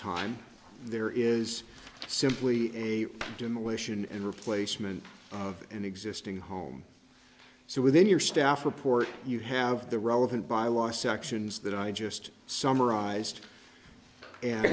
time there is simply a demolition and replacement of an existing home so within your staff report you have the relevant bylaw sections that i just summarized